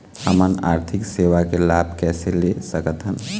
हमन आरथिक सेवा के लाभ कैसे ले सकथन?